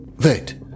Wait